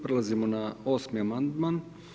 Prelazimo na 8. amandman.